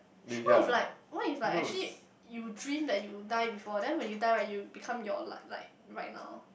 what if like what if like actually you dream that you die before then when you die right you become your like like right now